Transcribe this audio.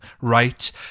right